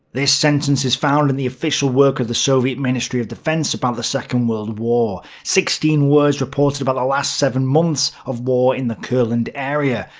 this sentence is found in the official work of the soviet ministry of defense about the second world war. sixteen words reported about the last seven months of war in the kurland area.